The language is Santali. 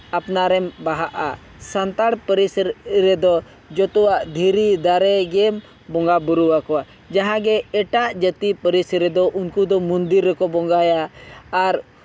ᱟᱯᱱᱟᱨᱮᱢ ᱵᱟᱦᱟᱜᱼᱟ ᱥᱟᱱᱛᱟᱲ ᱯᱟᱹᱨᱤᱥ ᱨᱮᱫᱚ ᱡᱚᱛᱚᱣᱟᱜ ᱫᱷᱤᱨᱤ ᱫᱟᱨᱮᱜᱮ ᱵᱚᱸᱜᱟ ᱵᱩᱨᱩᱣᱟᱠᱚᱣᱟ ᱡᱟᱦᱟᱸᱜᱮ ᱮᱴᱟᱜ ᱡᱟᱹᱛᱤ ᱯᱟᱹᱨᱤᱥ ᱨᱮᱫᱚ ᱩᱱᱠᱩ ᱫᱚ ᱢᱚᱱᱫᱤᱨ ᱨᱮᱠᱚ ᱵᱚᱸᱜᱟᱭᱟ ᱟᱨ